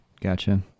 Gotcha